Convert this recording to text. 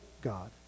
God